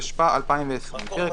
התשפ"א 2020 פרק